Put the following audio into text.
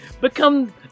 become